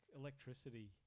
electricity